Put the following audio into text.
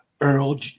Earl